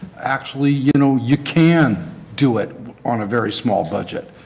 actually, you know you can do it on a very small budget.